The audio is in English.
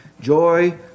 Joy